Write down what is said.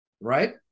right